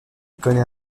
connaît